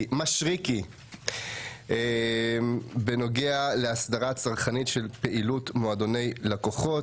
מישרקי בנוגע להסדרה צרכנית של פעילות מועדוני לקוחות.